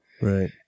Right